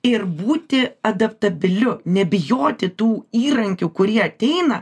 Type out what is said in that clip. ir būti adaptabiliu nebijoti tų įrankių kurie ateina